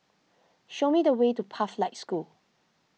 show me the way to Pathlight School